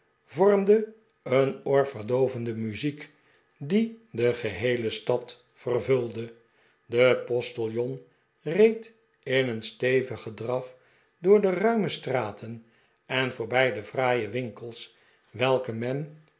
vormde een oorverdoovende muziek die de geheele stad vervulde de postiljon reed in een stevigen draf door de ruime straten en voorbij de fraaie winkels welke men